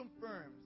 confirms